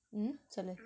hmm ஆனா:aanaa border